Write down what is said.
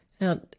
Now